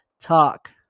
talk